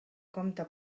compte